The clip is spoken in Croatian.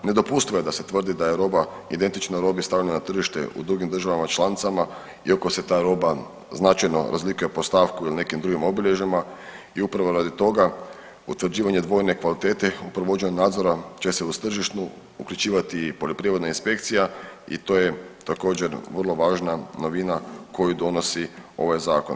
Nedopustivo je da se tvrdi da je roba identično robi stavljenoj na tržište u drugim državama članicama iako se ta roba značajno razlikuje po stavku ili nekim drugim obilježjima i upravo radi toga utvrđivanje dvojne kvalitete u provođenju nadzora će se uz tržišnu uključivati i poljoprivredna inspekcija i to je također vrlo važna novina koju donosi ovaj zakon.